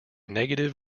negative